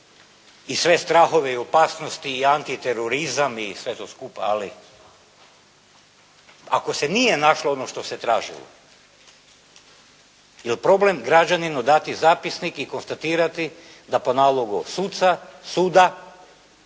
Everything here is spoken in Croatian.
i sve strahove i opasnosti i antiterorizam i sve to skupa, ali ako se nije našlo ono što se tražilo, jel' problem građaninu dati zapisnik i konstatirati da po nalogu suda,